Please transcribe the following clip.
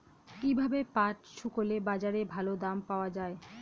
কীভাবে পাট শুকোলে বাজারে ভালো দাম পাওয়া য়ায়?